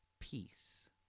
peace